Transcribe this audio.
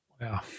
Wow